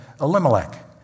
Elimelech